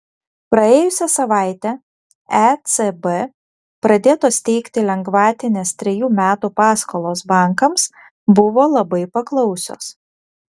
praėjusią savaitę ecb pradėtos teikti lengvatinės trejų metų paskolos bankams buvo labai paklausios